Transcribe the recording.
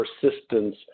persistence